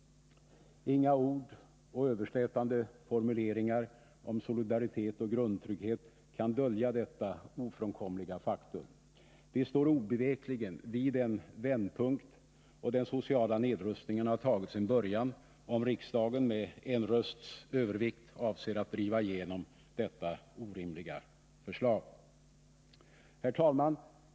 Inga ord och överslätande formuleringar om solidaritet och grundtrygghet kan dölja detta ofrånkomliga faktum. Vistår obevekligen vid en vändpunkt, och den sociala nedrustningen har tagit sin början, om riksdagen med en rösts övervikt avser att driva igenom detta orimliga förslag. Herr talman!